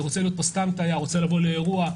שרוצה להיות תייר או לבוא לאירוע,